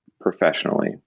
Professionally